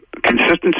Consistency